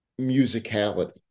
musicality